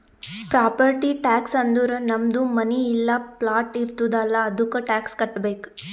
property tax ಅಂದುರ್ ನಮ್ದು ಮನಿ ಇಲ್ಲಾ ಪ್ಲಾಟ್ ಇರ್ತುದ್ ಅಲ್ಲಾ ಅದ್ದುಕ ಟ್ಯಾಕ್ಸ್ ಕಟ್ಟಬೇಕ್